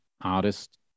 artist